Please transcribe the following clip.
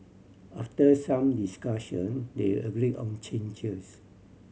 after some discussion they agreed on changes